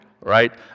right